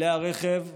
כלי הרכב,